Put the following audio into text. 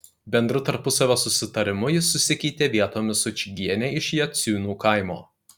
bendru tarpusavio susitarimu jis susikeitė vietomis su čigiene iš jaciūnų kaimo